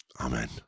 Amen